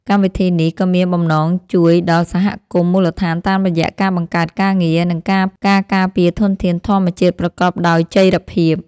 កម្មវិធីនេះក៏មានបំណងជួយដល់សហគមន៍មូលដ្ឋានតាមរយៈការបង្កើតការងារ និងការការពារធនធានធម្មជាតិប្រកបដោយចីរភាព។